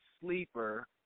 sleeper